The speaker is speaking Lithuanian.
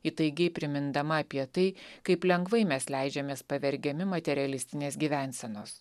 įtaigiai primindama apie tai kaip lengvai mes leidžiamės pavergiami materialistinės gyvensenos